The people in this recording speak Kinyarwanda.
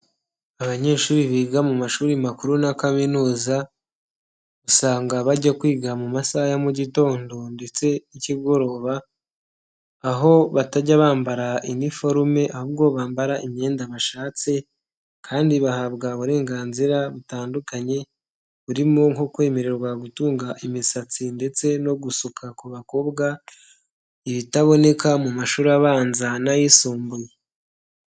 Abanyeshuri biga mu mashuri makuru na kaminuza, usanga bajya kwiga mu masaha ya mu gitondo ndetse n'ikigoroba, aho batajya bambara iniforume ahubwo bambara imyenda bashatse, kandi bahabwa uburenganzira butandukanye burimo nko kwemererwa gutunga imisatsi ndetse no gusuka ku bakobwa, ibitaboneka mu mashuri abanza n'ayisumbuye.